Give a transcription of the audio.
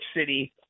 City